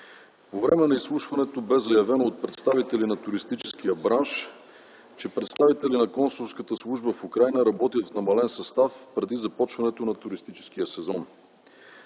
време на изслушването бе заявено от представители на туристическия бранш, че представители на Консулската служба в Украйна работят в намален състав преди започването на туристическия сезон.